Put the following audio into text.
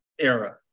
era